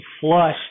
flush